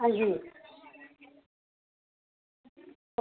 आं जी